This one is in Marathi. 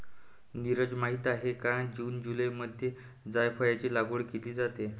नीरज माहित आहे का जून जुलैमध्ये जायफळाची लागवड केली जाते